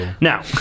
Now